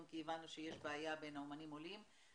בנושא הזה כי הבנו שיש בעיה בקרב האמנים העולים.